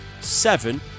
seven